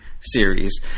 series